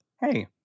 hey